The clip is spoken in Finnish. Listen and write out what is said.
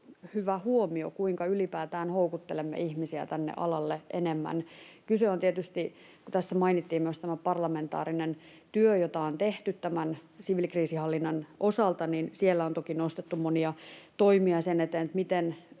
Hyvä huomio, kuinka ylipäätään houkuttelemme ihmisiä tälle alalle enemmän. Kun tässä mainittiin myös tämä parlamentaarinen työ, jota on tehty siviilikriisinhallinnan osalta, niin siellä on toki nostettu monia toimia sen eteen, miten